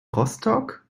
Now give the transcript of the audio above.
rostock